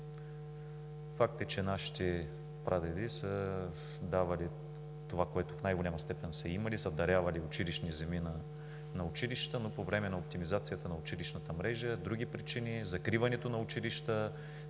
Факт е, че нашите прадеди са давали това, което в най-голяма степен са имали и са дарявали училищни земи на училищата, но по време на оптимизацията на училищната мрежа, други причини – закриването на училища,